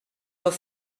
nos